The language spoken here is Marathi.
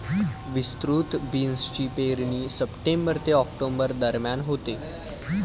विस्तृत बीन्सची पेरणी सप्टेंबर ते ऑक्टोबर दरम्यान होते